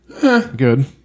Good